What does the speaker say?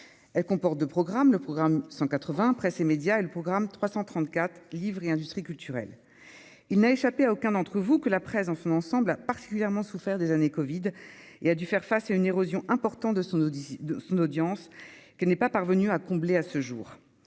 elle comporte de programme, le programme 180 Presse et médias et le programme 334 Livre et industries culturelles. Il n'a échappé à aucun d'entre vous, que la presse dans son ensemble a particulièrement souffert des années Covid et a dû faire face à une érosion important de son audition de son audience, qu'elle n'est pas parvenu à combler à ce jour,